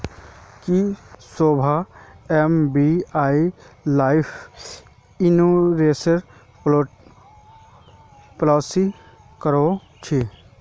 की Saurabh SBI life insurance policy करवइल छि